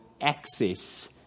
access